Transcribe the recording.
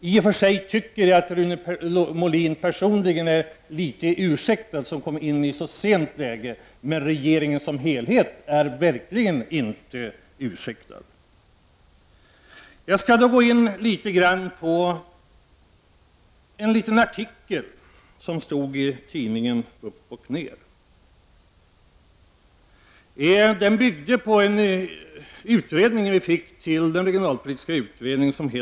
I och för sig kan Rune Molin personligen vara ursäktad, för han kom in på ett så sent stadium. Men regeringen som helhet är verkligen inte ursäktad. Det står en artikel i tidskriften Upp och Ner. Den bygger på en utredning, Staten i geografin, som lämnades till den regionalpolitiska utredningen.